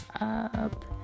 up